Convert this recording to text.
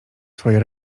swoje